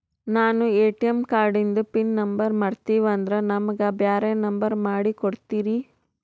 ನಾನು ಎ.ಟಿ.ಎಂ ಕಾರ್ಡಿಂದು PIN number ಮರತೀವಂದ್ರ ನಮಗ ಬ್ಯಾರೆ ನಂಬರ್ ಮಾಡಿ ಕೊಡ್ತೀರಿ?